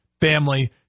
family